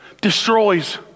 Destroys